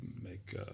make